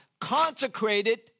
consecrated